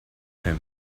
him